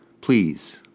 please